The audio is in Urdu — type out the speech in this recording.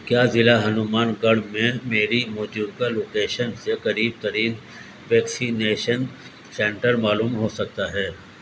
کیا ضلع ہنومان گڑھ میں میری موجودہ لوکیشن سے قریب ترین ویکسینیشن سنٹر معلوم ہو سکتا ہے